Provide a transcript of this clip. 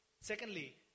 Secondly